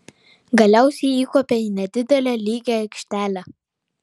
galiausiai įkopė į nedidelę lygią aikštelę